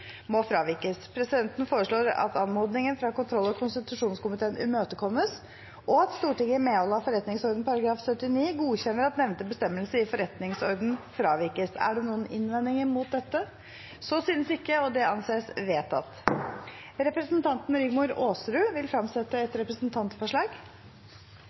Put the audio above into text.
må fravikes. Presidenten foreslår at anmodningen fra kontroll- og konstitusjonskomiteen imøtekommes, og at Stortinget i medhold av forretningsordenens § 79 godkjenner at nevnte bestemmelse i forretningsordenen fravikes. Er det noen innvendinger mot dette? – Så synes ikke, og det anses vedtatt. Representanten Rigmor Aasrud vil fremsette et